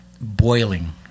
boiling